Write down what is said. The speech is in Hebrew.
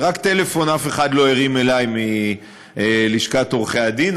רק טלפון אף אחד לא הרים אלי מלשכת עורכי-הדין.